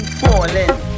falling